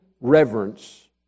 reverence